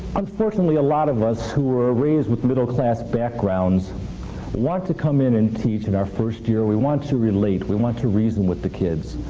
unfortunately, a lot of us who are raised with middle class backgrounds want to come in and teach in our first year. we want to relate. we want to reason with the kids.